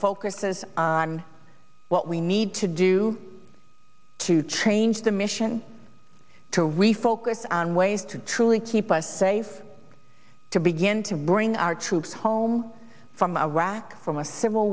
focuses on what we need to do to change the mission to refocus on ways to truly keep us safe to begin to bring our troops home from iraq from a civil